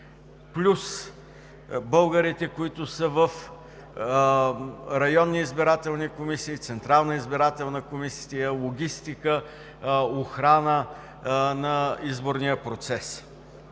плюс българите, които са в районни избирателни комисии, Централната избирателна комисия, логистика, охрана на изборния процес.